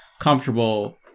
comfortable